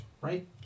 right